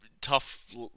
tough